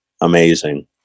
amazing